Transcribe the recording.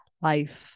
life